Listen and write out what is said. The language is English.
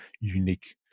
unique